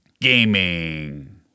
gaming